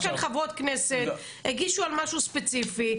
יש כאן חברות כנסת, הגישו על משהו ספציפי.